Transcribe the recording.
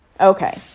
okay